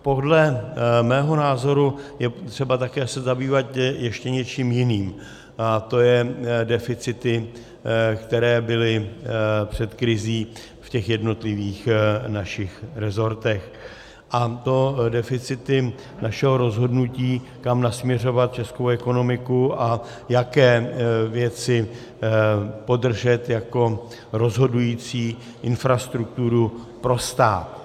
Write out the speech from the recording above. Podle mého názoru je třeba se také zabývat ještě něčím jiným, a to deficity, které byly před krizí v našich jednotlivých resortech, a to deficity našeho rozhodnutí, kam nasměřovat českou ekonomiku a jaké věci podržet jako rozhodující infrastrukturu pro stát.